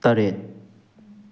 ꯇꯔꯦꯠ